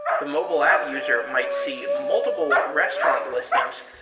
the mobile app user might see multiple restaurant listings.